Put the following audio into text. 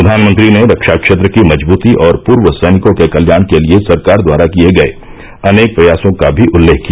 प्रधानमंत्री ने रक्षा क्षेत्र की मजदूती और पूर्व सैनिकों के कल्याण के लिए सरकार द्वारा किए गए अनेक प्रयासों का भी उल्लेख किया